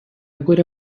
would